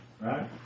right